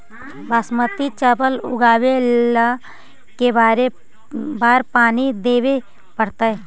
बासमती चावल उगावेला के बार पानी देवे पड़तै?